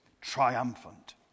Triumphant